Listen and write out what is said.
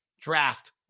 draft